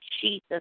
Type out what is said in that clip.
Jesus